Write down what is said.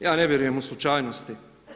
Ja ne vjerujem u slučajnosti.